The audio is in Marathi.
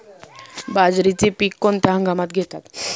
बाजरीचे पीक कोणत्या हंगामात घेतात?